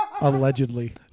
allegedly